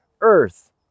Earth